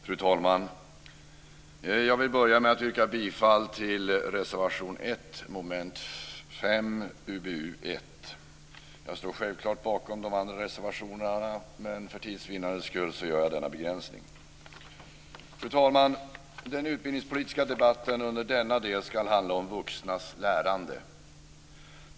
Fru talman! Jag vill börja med att yrka bifall till reservation 1 under mom. 5 i UbU1. Jag står självklart bakom de andra reservationerna, men för tids vinnande gör jag denna begränsning. Fru talman! Den utbildningspolitiska debatten under denna del ska handla om vuxnas lärande.